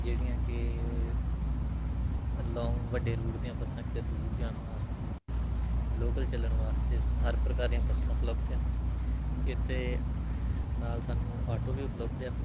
ਜਿਹੜੀਆਂ ਕਿ ਲੌਂਗ ਵੱਡੇ ਰੂਟ ਦੀਆਂ ਬੱਸਾਂ ਕਿਤੇ ਦੂਰ ਜਾਣ ਵਾਸਤੇ ਲੋਕਲ ਚੱਲਣ ਵਾਸਤੇ ਹਰ ਪ੍ਰਕਾਰ ਦੀਆਂ ਬੱਸਾਂ ਉਪਲੱਬਧ ਹੈ ਇੱਥੇ ਨਾਲ ਸਾਨੂੰ ਆਟੋ ਵੀ ਉਪਲੱਬਧ ਹੈ